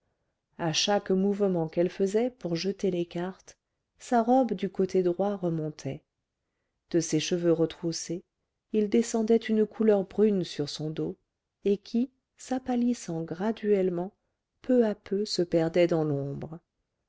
à chaque mouvement qu'elle faisait pour jeter les cartes sa robe du côté droit remontait de ses cheveux retroussés il descendait une couleur brune sur son dos et qui s'apâlissant graduellement peu à peu se perdait dans l'ombre